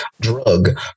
drug